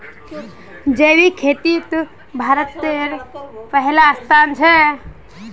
जैविक खेतित भारतेर पहला स्थान छे